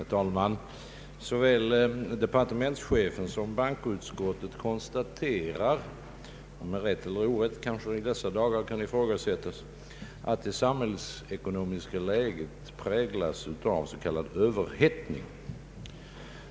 Herr talman! Såväl departementschefen som bankoutskottet konstaterar — med rätt eller orätt kan kanske i dessa dagar ifrågasättas — att det samhällsekonomiska läget präglas av s.k. överhettning.